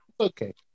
okay